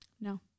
No